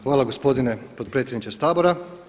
Hvala gospodine potpredsjedniče Sabora.